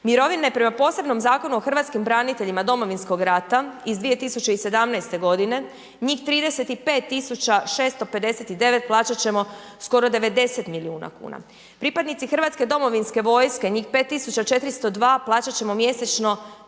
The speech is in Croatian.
Mirovne prema posebnom Zakonu o hrvatskim braniteljima Domovinskog rata iz 2017. g., njih 35 659, plaćat ćemo skoro 90 milijuna kuna. Pripadnici Hrvatske domovinske vojske, njih 5402 plaćat ćemo mjesečno